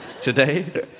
today